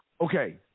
Okay